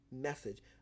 message